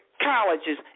colleges